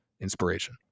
inspiration